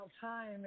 time